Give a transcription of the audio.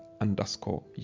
underscore